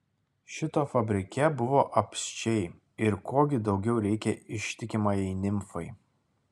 šito fabrike buvo apsčiai ir ko gi daugiau reikia ištikimajai nimfai